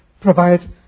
provide